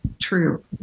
true